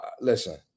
listen